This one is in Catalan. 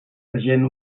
agent